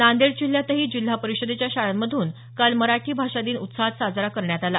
नांदेड जिल्ह्यातही जिल्हा परिषदेच्या शाळांतून काल मराठी भाषा दिन उत्साहात साजरा करण्यात आला